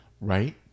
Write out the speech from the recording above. Right